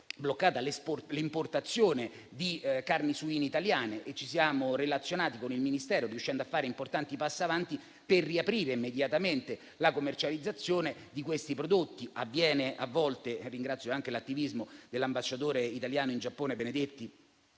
parte, l'importazione di carni suine italiane e ci siamo relazionati con il Ministero, riuscendo a fare importanti passi avanti per riaprire immediatamente la commercializzazione di questi prodotti. Ringrazio anche l'attivismo dell'ambasciatore italiano in Giappone, Benedetti: